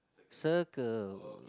circle